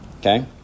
Okay